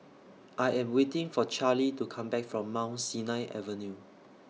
I Am waiting For Charley to Come Back from Mount Sinai Avenue